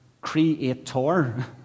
creator